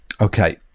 Okay